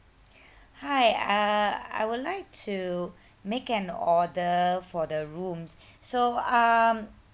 hi uh I would like to make an order for the rooms so um